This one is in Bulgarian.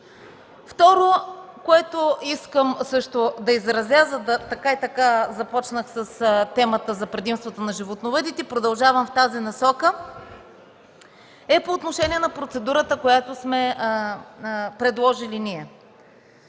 Второто, което искам да изразя, така и така започнах с темата за предимството на животновъдите и ще продължа в тази насока, е по отношение на процедурата, която сме предложили ние.